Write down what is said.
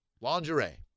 lingerie